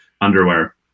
underwear